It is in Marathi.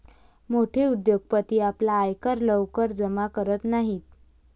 मोठे उद्योगपती आपला आयकर लवकर जमा करत नाहीत